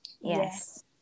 Yes